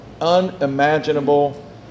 unimaginable